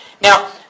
Now